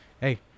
Hey